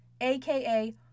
aka